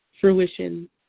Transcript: fruition